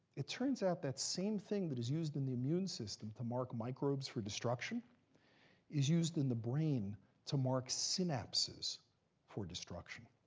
it turns out that same thing that is used in the immune system to mark microbes for destruction is used in the brain to mark synapses for destruction.